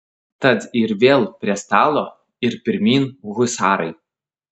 tad ir vėl prie stalo ir pirmyn husarai